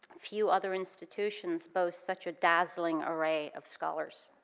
few other institutions boast such a dazzling array of scholars.